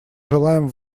желаем